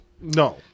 No